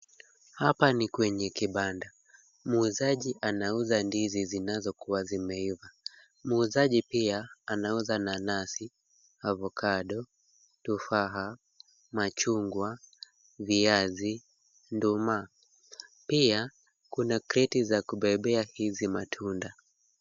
Hapa ni kwenye kibanda. Muuzaji anauza ndizi zinazokuwa zimeiva. Muuzaji pia anauza nanasi, avocado , tufaha, machungwa, viazi, nduma. Pia kuna kreti za kubebea haya matunda.